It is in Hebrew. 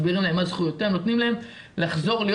מסבירים להם מה זכויותיהם ונותנים להם לחזור להיות